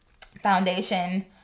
foundation